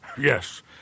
Yes